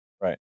Right